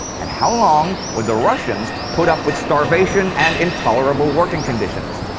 and how long would the russians put up with starvation and intolerable working conditions?